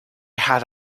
had